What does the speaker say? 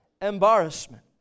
embarrassment